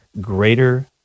Greater